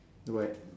white